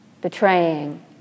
betraying